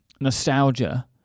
nostalgia